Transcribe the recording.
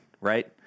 right